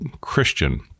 Christian